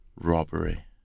robbery